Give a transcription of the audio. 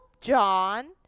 John